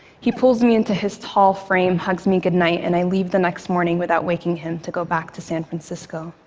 he pulls me into his tall frame, hugs me goodnight, and i leave the next morning without waking him to go back to san francisco.